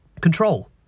control